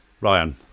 Ryan